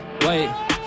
wait